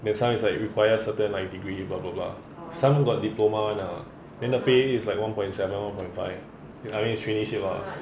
then some is like require certain like degree blah blah blah some got diploma [one] lah then the pay is like one point seven one point five I mean is traineeship lah